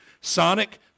Sonic